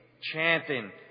chanting